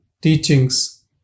teachings